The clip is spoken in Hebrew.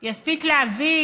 יספיק להביא